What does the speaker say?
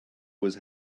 was